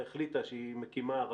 החליטה שהיא מקימה,